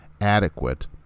adequate